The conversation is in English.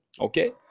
Okay